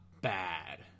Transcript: bad